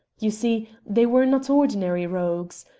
you see they were not ordinary rogues.